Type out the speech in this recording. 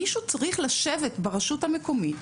מישהו צריך לשבת ברשות המקומית,